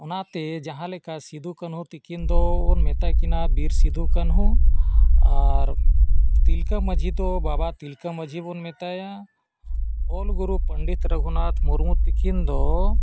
ᱚᱱᱟᱛᱮ ᱡᱟᱦᱟᱸ ᱞᱮᱠᱟ ᱥᱤᱫᱩ ᱠᱟᱹᱱᱦᱩ ᱛᱟᱹᱠᱤᱱ ᱫᱚᱵᱚᱱ ᱢᱮᱛᱟ ᱠᱤᱱᱟᱹ ᱵᱤᱨ ᱥᱤᱫᱷᱩ ᱠᱟᱹᱱᱦᱩ ᱟᱨ ᱛᱤᱞᱠᱟᱹ ᱢᱟᱺᱡᱷᱤ ᱫᱚ ᱵᱟᱵᱟ ᱛᱤᱞᱠᱟᱹ ᱢᱟᱺᱡᱷᱤ ᱵᱚᱱ ᱢᱮᱛᱟᱭᱟ ᱚᱞ ᱜᱩᱨᱩ ᱯᱚᱱᱰᱤᱛ ᱨᱚᱜᱷᱩᱱᱟᱛᱷ ᱢᱩᱨᱢᱩ ᱛᱟᱹᱹᱠᱤᱱ ᱫᱚ